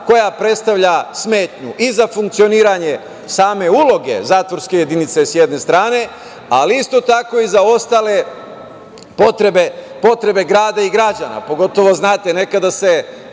koja predstavlja smetnju i za funkcionisanje same uloge zatvorske jedinice sa jedne stare, ali isto tako i za ostale potrebe grada i građana. Pogotovo, znate, nekada se